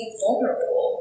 vulnerable